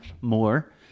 more